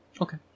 Okay